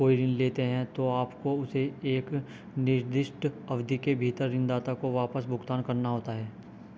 कोई ऋण लेते हैं, तो आपको उसे एक निर्दिष्ट अवधि के भीतर ऋणदाता को वापस भुगतान करना होता है